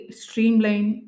streamline